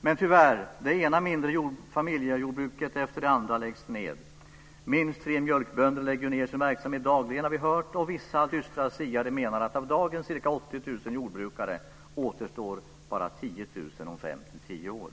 Men tyvärr läggs det ena mindre familjejordbruket efter det andra ned. Vi har hört att minst tre mjölkbönder lägger ned sin verksamhet dagligen. Vissa dystra siare menar att av dagens ca 80 000 jordbrukare återstår bara 10 000 om fem till tio år.